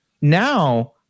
now